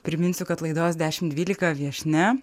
priminsiu kad laidos dešimt dvylika viešnia